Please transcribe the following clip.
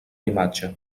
imatge